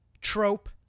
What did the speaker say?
trope